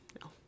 No